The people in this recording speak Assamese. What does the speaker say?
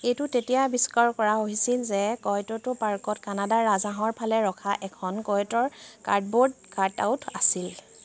এইটো তেতিয়াই আৱিষ্কাৰ কৰা হৈছিল যে কয়'টটো পাৰ্কত কানাডা ৰাজহাঁহৰ ফালে ৰখা এখন কয়'টৰ কাৰ্ডব'ৰ্ড কাট আউট আছিল